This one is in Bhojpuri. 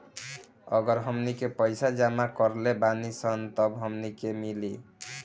अगर हमनी के पइसा जमा करले बानी सन तब हमनी के मिली